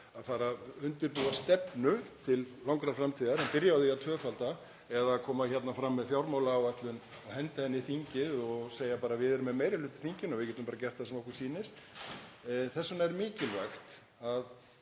að undirbúa stefnu til langrar framtíðar en var byrjað á því að tvöfalda eða að koma hérna fram með fjármálaáætlun og henda henni í þingið og segja bara: Við erum með meiri hluta í þinginu og við getum bara gert það sem okkur sýnist. Þess vegna er mikilvægt að